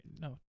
No